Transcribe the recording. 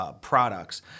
products